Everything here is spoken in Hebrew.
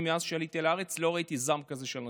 מאז שעליתי לארץ לא ראיתי זעם כזה של אנשים,